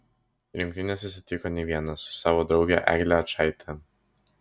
į rungtynes jis atvyko ne vienas o su savo drauge egle ačaite